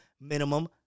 minimum